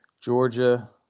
Georgia